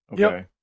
Okay